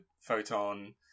Photon